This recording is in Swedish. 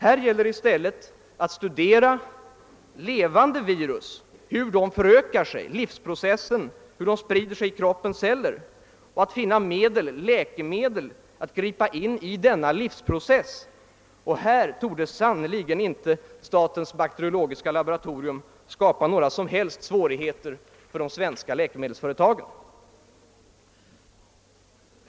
Här gäller det i stället att studera levande virus — hur de förökar sig, deras livsprocess, hur de sprider sig i kroppens celler — och att finna läkemedel som kan gripa in i deras livsprocess. På den punkten torde sannerligen inte statens bakteriologiska laboratorium skapa några som helst svårigheter för de svenska läkemedelsföretagen.